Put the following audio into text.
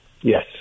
Yes